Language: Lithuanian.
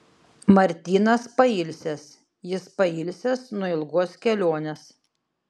martynas pailsęs jis pailsęs nuo ilgos kelionės